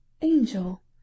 Angel